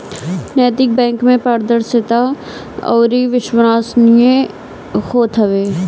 नैतिक बैंक में पारदर्शिता अउरी विश्वसनीयता होत हवे